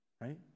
right